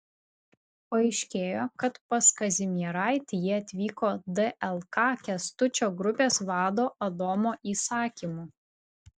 paaiškėjo kad pas kazimieraitį jie atvyko dlk kęstučio grupės vado adomo įsakymu